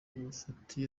bufatiye